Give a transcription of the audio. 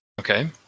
Okay